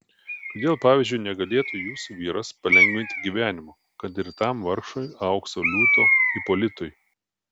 kodėl pavyzdžiui negalėtų jūsų vyras palengvinti gyvenimo kad ir tam vargšui aukso liūto ipolitui